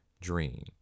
dream